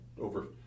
over